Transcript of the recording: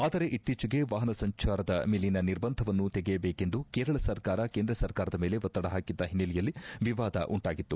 ಆದರೆ ಇತ್ತೀಚೆಗೆ ವಾಹನ ಸಂಚಾರದ ಮೇಲಿನ ನಿರ್ಬಂಧವನ್ನು ತೆಗೆಯಬೇಕೆಂದು ಕೇರಳ ಸರ್ಕಾರ ಕೇಂದ್ರ ಸರ್ಕಾರದ ಮೇಲೆ ಒತ್ತಡಹಾಕಿದ್ದ ಹಿನ್ನಲೆಯಲ್ಲಿ ವಿವಾದ ಉಂಟಾಗಿತ್ತು